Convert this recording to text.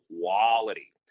quality